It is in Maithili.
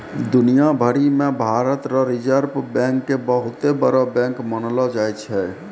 दुनिया भरी मे भारत रो रिजर्ब बैंक के बहुते बड़ो बैंक मानलो जाय छै